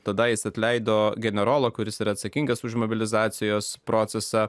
tada jis atleido generolą kuris yra atsakingas už mobilizacijos procesą